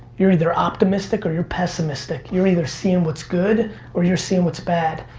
you're either optimistic or your pessimistic. you're either seeing what's good or you're seeing what's bad.